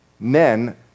Men